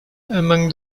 among